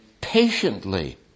patiently